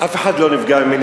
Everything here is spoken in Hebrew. אף אחד לא נפגע ממני,